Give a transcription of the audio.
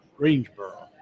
Greensboro